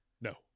No